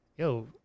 Yo